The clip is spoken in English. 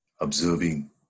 observing